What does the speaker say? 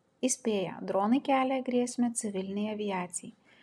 įspėja dronai kelia grėsmę civilinei aviacijai